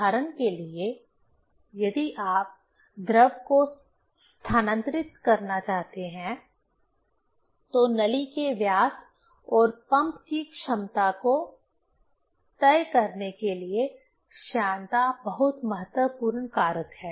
उदाहरण के लिए यदि आप द्रव को स्थानांतरित करना चाहते हैं तो नली के व्यास और पंप की क्षमता को तय करने के लिए श्यानता बहुत महत्वपूर्ण कारक है